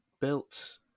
built